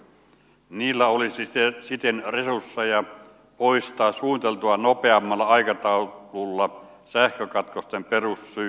niillä olisi siten resursseja poistaa suunniteltua nopeammalla aikataululla sähkökatkosten perussyy